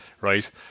right